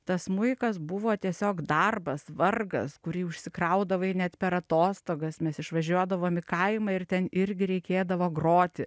tas smuikas buvo tiesiog darbas vargas kurį užsikraudavai net per atostogas mes išvažiuodavom į kaimą ir ten irgi reikėdavo groti